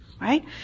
right